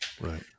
Right